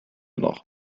noch